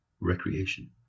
recreation